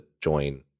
join